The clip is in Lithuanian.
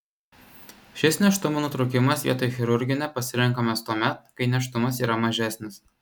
šis nėštumo nutraukimas vietoj chirurginio pasirenkamas tuomet kai nėštumas yra mažesnis